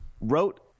wrote